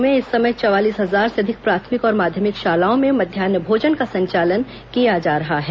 राज्य में इस समय चवालिस हजार से अधिक प्राथमिक और माध्यमिक शालाओं में मध्यान्ह भोजन का संचालन किया जा रहा है